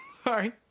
Sorry